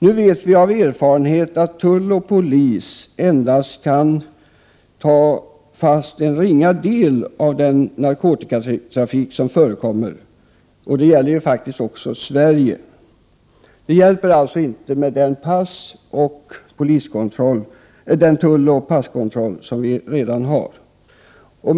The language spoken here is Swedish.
Nu vet vi av erfarenhet att tull och polis kan stoppa endast en ringa del av den narkotikatrafik som förekommer. Detta gäller faktiskt även Sverige. Det hjälper alltså inte med den tulloch passkontroll som redan finns.